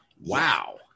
wow